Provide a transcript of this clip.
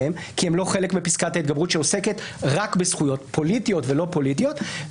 הם לא חלק מפסקת ההתגברות שעוסקת רק בזכויות פוליטיות ולא פוליטיות.